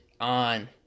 on